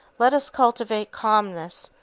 let us cultivate calmness,